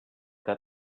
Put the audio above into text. that